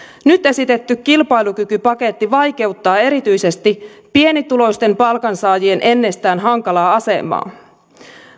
nyt esitetty kilpailukykypaketti vaikeuttaa erityisesti pienituloisten palkansaajien ennestään hankalaa asemaa